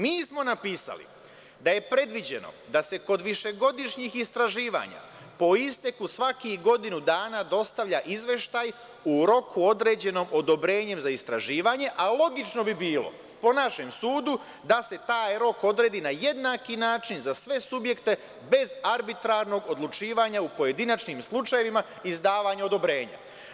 Mi smo napisali da je predviđeno da se kod višegodišnjih istraživanja po isteku svakih godinu dana dostavlja izveštaj u roku određenom odobrenjem za istraživanje, a logično bi bilo, po našem sudu, da se taj rok odredi na jednaki način za sve subjekte, bez arbitrarnog odlučivanja u pojedinačnim slučajevima izdavanja odobrenja.